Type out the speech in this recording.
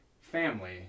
family